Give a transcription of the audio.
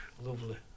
Lovely